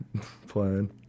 playing